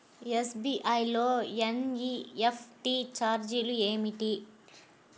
SBI లో NEFT ఛార్జీలు ఏమిటి?